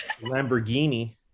lamborghini